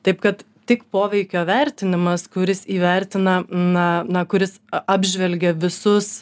taip kad tik poveikio vertinimas kuris įvertina na na kuris apžvelgia visus